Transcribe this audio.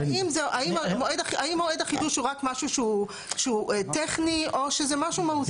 האם מועד החידוש הוא רק משהו שהוא טכני או שזה משהו מהותי?